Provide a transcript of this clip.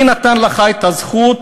מי נתן לך את הזכות